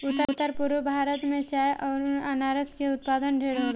उत्तर पूरब भारत में चाय अउर अनारस के उत्पाद ढेरे होला